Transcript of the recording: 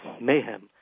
mayhem